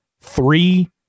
three